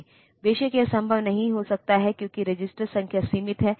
बेशक यह संभव नहीं हो सकता है क्योंकि रजिस्टर संख्या सीमित हैं